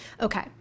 Okay